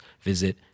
visit